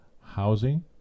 housing